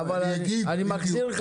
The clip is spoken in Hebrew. כן, אבל אני מחזיר את